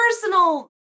personal